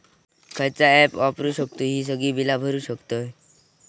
खयचा ऍप वापरू शकतू ही सगळी बीला भरु शकतय?